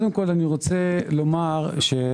ראשית,